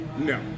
No